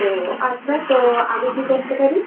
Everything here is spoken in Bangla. ও আচ্ছা তো আমি কী করতে পারি